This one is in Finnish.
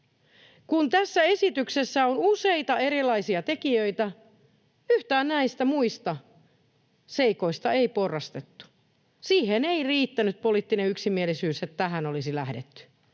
Kun tässä esityksessä on useita erilaisia tekijöitä, yhtään näistä muista seikoista ei porrastettu. Siihen ei riittänyt poliittinen yksimielisyys, että tähän olisi lähdetty.